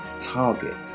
target